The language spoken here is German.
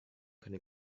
keine